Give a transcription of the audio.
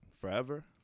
Forever